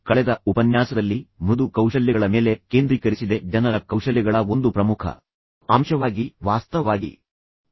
ಕಳೆದ ಉಪನ್ಯಾಸದಲ್ಲಿ ನಾನು ಮೃದು ಕೌಶಲ್ಯಗಳ ಮೇಲೆ ಕೇಂದ್ರೀಕರಿಸಿದೆ ಜನರ ಕೌಶಲ್ಯಗಳ ಒಂದು ಪ್ರಮುಖ ಅಂಶವಾಗಿ ವಾಸ್ತವವಾಗಿ ಅವರನ್ನು ಸಮಾನಾರ್ಥಕವಾಗಿ ಪರಿಗಣಿಸಲಾಗುತ್ತದೆ